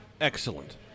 Excellent